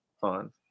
fun